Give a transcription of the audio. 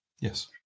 Yes